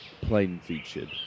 plain-featured